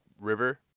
river